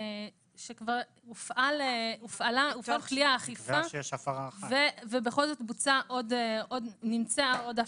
הופעל כלי אכיפה ובכל זאת נמצאה עוד הפרה.